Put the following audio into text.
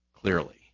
Clearly